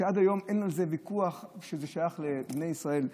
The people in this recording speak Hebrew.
שעד היום אין על זה ויכוח שזה שייך לבני ישראל,